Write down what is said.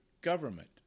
government